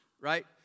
right